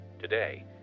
Today